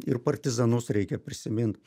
ir partizanus reikia prisimint